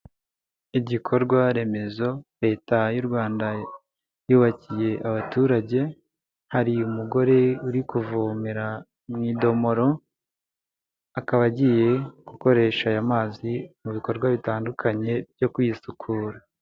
Igikorwaremezo leta y'u Rwanda yubakiye abaturage, hari umugore uri kuvomera mu idomoro. Akaba agiye gukoresha aya mazi mu bikorwa bitandukanye byo kwisukura.